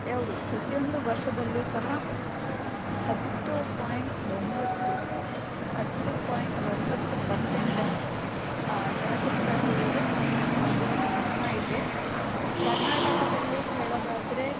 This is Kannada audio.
ಯಾವುದು ಪ್ರತಿಯೊಂದು ವರ್ಷದಲ್ಲು ಸಹ ಹತ್ತು ಪಾಯಿಂಟ್ ಒಂಬತ್ತು ಹತ್ತು ಪಾಯಿಂಟ್ ಒಂಬತ್ತು ಪರ್ಸೆಂಟ್ ಅಷ್ಟು ಕರಕುಶಲತೆಗೆ ಒಂದು ಸ್ಥಾನ ಇದೆ ಕರ್ನಾಟಕದಲ್ಲಿ ಹೇಳೋದಾದರೆ